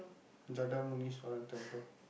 JadaMunneswaran temple